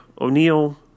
O'Neill